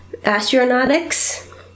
Astronautics